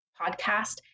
podcast